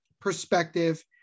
perspective